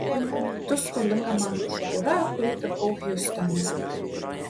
tu skolinga man už kurą kurį pirkau hjustone